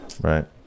Right